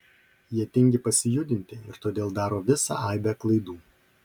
jie tingi pasijudinti ir todėl daro visą aibę klaidų